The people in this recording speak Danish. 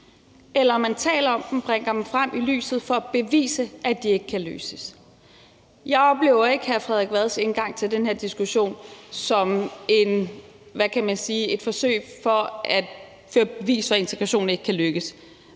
eller om man taler om dem og bringer dem frem i lyset for at bevise, at de ikke kan løses. Jeg oplever ikke hr. Frederik Vads indgang til den her diskussion som et forsøg på at vise, at integrationen ikke kan lykkes,